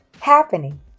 happening